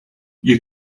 you